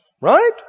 Right